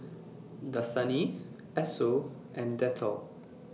Dasani Esso and Dettol